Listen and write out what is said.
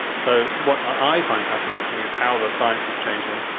so what i find fascinating is how the science is changing,